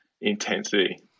intensity